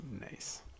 Nice